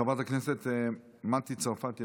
חברת הכנסת מטי צרפתי הרכבי.